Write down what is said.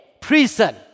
prison